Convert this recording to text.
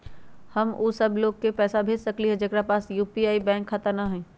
हम उ सब लोग के पैसा भेज सकली ह जेकरा पास यू.पी.आई बैंक खाता न हई?